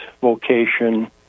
vocation